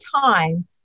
time